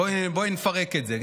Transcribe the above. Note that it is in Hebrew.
בואי נפרק את זה.